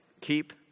keep